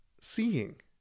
seeing